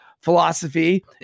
philosophy